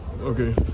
Okay